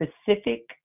specific